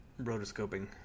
rotoscoping